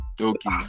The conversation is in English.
Okay